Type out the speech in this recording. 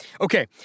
Okay